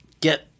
get